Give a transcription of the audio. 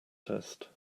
test